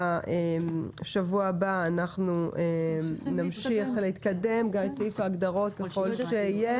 בשבוע הבא אנחנו נמשיך לקדם את סעיף ההגדרות ככל שיהיה,